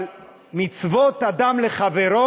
אבל מצוות בין אדם לחברו,